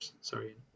sorry